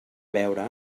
beure